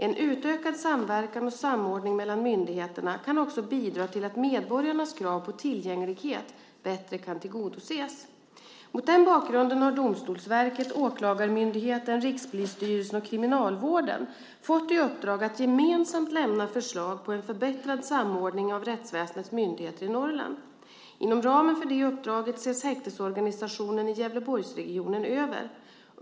En utökad samverkan och samordning mellan myndigheterna kan också bidra till att medborgarnas krav på tillgänglighet bättre kan tillgodoses. Mot denna bakgrund har Domstolsverket, Åklagarmyndigheten, Rikspolisstyrelsen och Kriminalvården fått i uppdrag att gemensamt lämna förslag på en förbättrad samordning av rättsväsendets myndigheter i Norrland. Inom ramen för detta uppdrag ses häktesorganisationen i Gävleborgsregionen över.